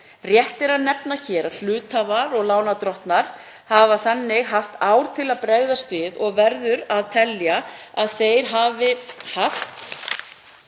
Rétt er að nefna hér að hluthafar og lánardrottnar hafa þannig haft ár til að bregðast við og verður að telja að þeir hafi haft